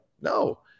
no